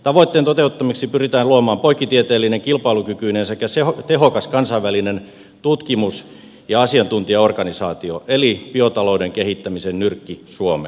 tavoitteen toteuttamiseksi pyritään luomaan poikkitieteellinen kilpailukykyinen sekä tehokas kansainvälinen tutkimus ja asiantuntijaorganisaatio eli biotalouden kehittämisen nyrkki suomeen